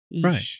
Right